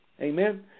Amen